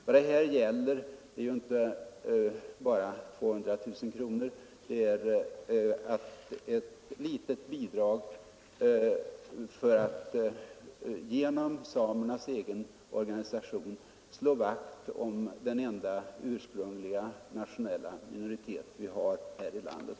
Vad det här gäller är inte bara 200 000 kronor. Det är fråga om ett litet bidrag för att genom samernas egen organisation slå vakt om den enda ursprungliga nationella minoritet vi har här i landet.